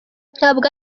ntabwo